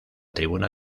tribuna